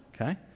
okay